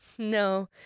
No